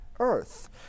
earth